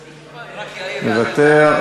מוותר,